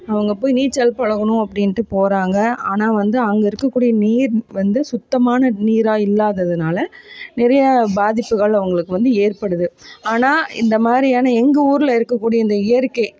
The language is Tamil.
அவங்க போய் நீச்சல் பழகணும் அப்படின்டு போகிறாங்க ஆனால் வந்து அங்கே இருக்கக்கூடிய நீர் வந்து சுத்தமான நீராக இல்லாததுனால் நிறைய பாதிப்புகள் அவங்களுக்கு வந்து ஏற்படுது ஆனால் இந்த மாதிரியான எங்கள் ஊரில் இருக்கக்கூடிய இந்த இயற்கை